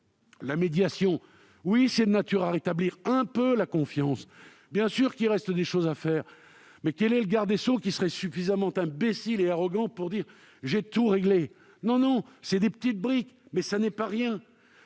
La médiation, aussi, est de nature à rétablir un peu la confiance. Bien sûr qu'il reste des choses à faire. Mais quel est le garde des sceaux qui serait suffisamment imbécile et arrogant pour prétendre qu'il a tout réglé ? Ce ne sont que de petites briques, mais ce n'est pas rien